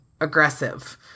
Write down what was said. aggressive